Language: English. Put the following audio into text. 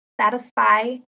satisfy